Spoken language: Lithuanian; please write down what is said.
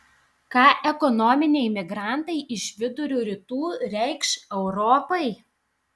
ką ekonominiai migrantai iš vidurio rytų reikš europai